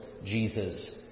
Jesus